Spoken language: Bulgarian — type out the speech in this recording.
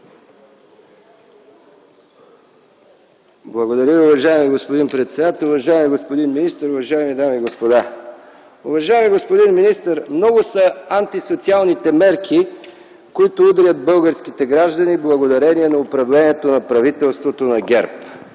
Благодаря Ви, уважаеми господин председател. Уважаеми дами и господа, уважаеми господин министър! Много са антисоциалните мерки, които удрят българските граждани благодарение управлението на правителството на ГЕРБ,